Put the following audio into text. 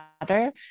water